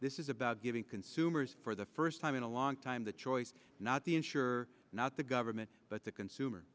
this is about giving consumers for the first time in a long time the choice not the ensure not the government but the consumer